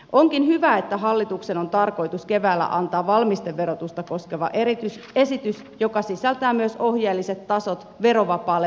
onkin hyvä että hallituksen on tarkoitus keväällä antaa valmisteverotusta koskeva esitys joka sisältää myös ohjeelliset tasot verovapaalle matkustajatuonnille